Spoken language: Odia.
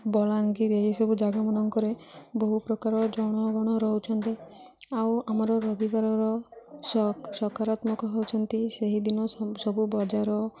ବଲାଙ୍ଗୀର ଏହିସବୁ ଜାଗାମାନଙ୍କରେ ବହୁପ୍ରକାର ଜନଗଣ ରହୁଛନ୍ତି ଆଉ ଆମର ରବିବାରର ସକାରାତ୍ମକ ହେଉଛନ୍ତି ସେହିଦିନ ସବୁ ବଜାର